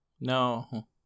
No